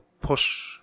push